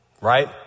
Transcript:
Right